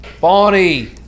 Bonnie